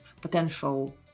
potential